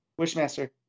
Wishmaster